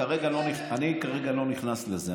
אני כרגע לא נכנס לזה.